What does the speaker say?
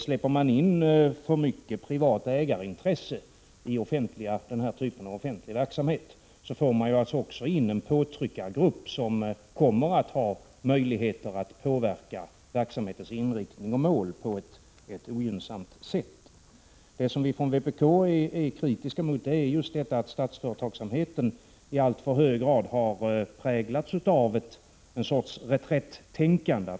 Släpper man in för mycket privata ägarintressen i den här typen av offentlig verksamhet får man därigenom också in en påtryckargrupp, som kommer att ha möjligheter att påverka verksamhetens inriktning och mål på ett ogynnsamt sätt. Det som vi från vpk är kritiska mot är just detta att statlig företagsamhet i alltför hög grad har präglats av en sorts reträttänkande.